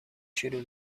شروع